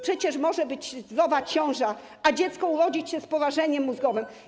Przecież może być zdrowa ciąża, a dziecko urodzić się z porażeniem mózgowym.